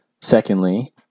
Secondly